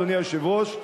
אדוני היושב-ראש,